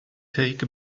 take